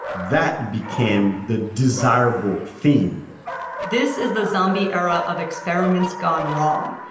that became the desirable theme this is the zombie era of experiments gone wrong.